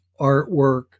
artwork